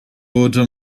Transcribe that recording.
wurde